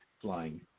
flying